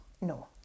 No